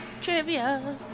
Trivia